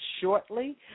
shortly